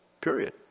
period